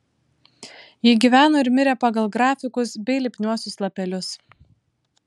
ji gyveno ir mirė pagal grafikus bei lipniuosius lapelius